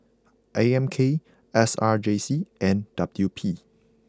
A M K S R J C and W P